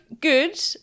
good